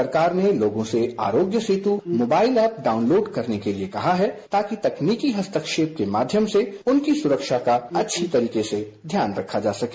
सरकार ने लोगों से Aarogya Setu mobile app download करने के लिए कहा है ताकि तकनीकी हस्तक्षेप के माध्यम से उनकी सुरक्षा का अच्छी तरह से ध्यान रखा जा सके